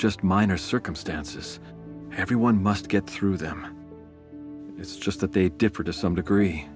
just minor circumstances everyone must get through them it's just that they differ to some degree